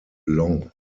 long